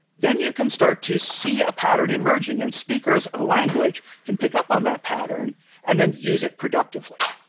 then you can start to see a pattern emerging and speakers of a language can pick up on that pattern and then use it productively.